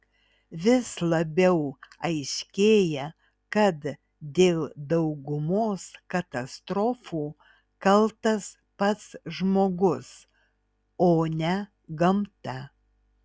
vis labiau aiškėja kad dėl daugumos katastrofų kaltas pats žmogus o ne gamta